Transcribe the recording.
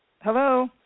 Hello